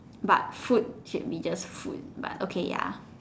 but food should be just food but okay ya